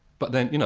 but then, you know